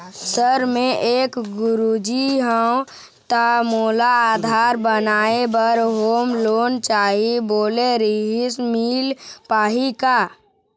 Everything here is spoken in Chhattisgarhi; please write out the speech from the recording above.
सर मे एक गुरुजी हंव ता मोला आधार बनाए बर होम लोन चाही बोले रीहिस मील पाही का?